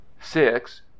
six